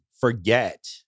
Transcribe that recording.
forget